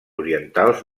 orientals